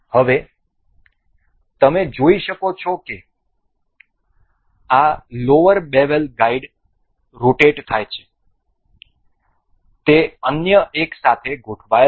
હવે તમે જોઈ શકો છો કે આ લોવર બેવલ ગાઇડ રોટેટ થાય છે તે અન્ય એક સાથે ગોઠવાયેલ છે